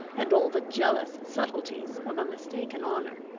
and all the jealous subtleties of a mistaken honour.